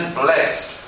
blessed